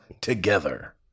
together